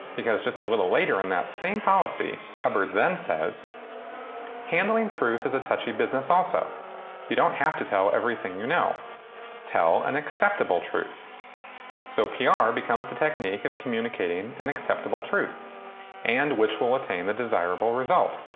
because just a little later in that same policy hubbard then says handling truth is a touchy business also you don't have to tell everything you know tell an acceptable truth so pr becomes the technique of communicating an acceptable truth and which will attain the desirable result.